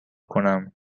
کنم